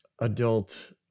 adult